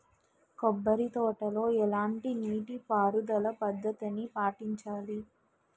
కొబ్బరి తోటలో ఎలాంటి నీటి పారుదల పద్ధతిని పాటించాలి?